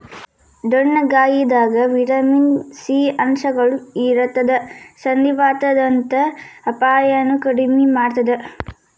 ಡೊಣ್ಣಗಾಯಿದಾಗ vitamin C ಅಂಶಗಳು ಇರತ್ತದ ಸಂಧಿವಾತದಂತ ಅಪಾಯನು ಕಡಿಮಿ ಮಾಡತ್ತದ